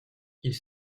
ils